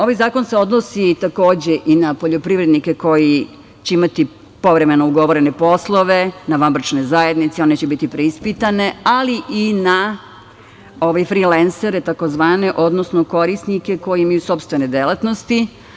Ovaj zakon se odnosi, takođe, i na poljoprivrednike koji će imati povremeno ugovorene poslove, na vanbračne zajednice, one će biti preispitane, ali i na frilensere takozvane, odnosno korisnike koji imaju sopstvene delatnosti.